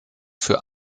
für